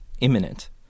imminent